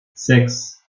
sechs